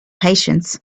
patience